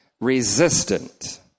resistant